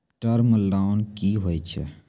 Term loan कि होय छै?